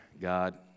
God